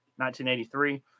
1983